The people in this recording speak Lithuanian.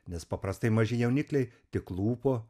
nes paprastai maži jaunikliai tik klūpo